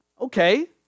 okay